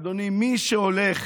אדוני, מי שהולך